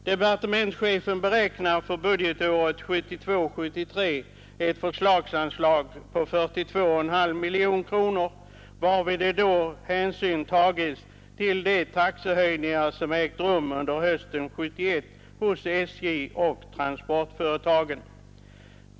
Departementschefen beräknar för budgetåret 1972/73 ett förslagsanslag om 42,5 miljoner kronor, varvid hänsyn tagits till de taxehöjningar som ägt rum under hösten 1971 hos SJ och vägtransportföretagen.